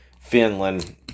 Finland